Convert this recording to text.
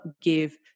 give